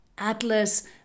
Atlas